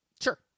Sure